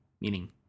meaning